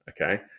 Okay